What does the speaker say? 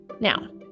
Now